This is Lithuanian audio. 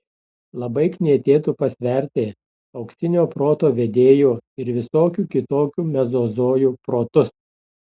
labai knietėtų pasverti auksinio proto vedėjų ir visokių kitokių mezozojų protus